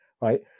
Right